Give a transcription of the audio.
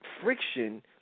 friction